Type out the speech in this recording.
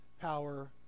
power